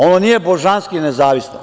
On nije božanski nezavisno.